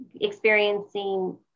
experiencing